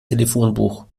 telefonbuch